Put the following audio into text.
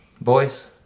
boys